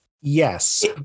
Yes